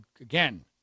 Again